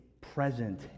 present